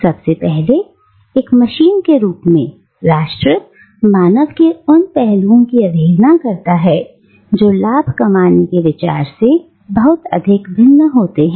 सबसे पहले एक मशीन के रूप में राष्ट्र मानव के उन पहलुओं की अवहेलना करता है जो लाभ कमाने के विचार से बहुत अधिक भिन्न होते हैं